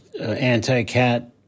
anti-cat